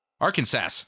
arkansas